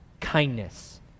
kindness